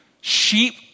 Sheep